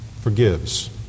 forgives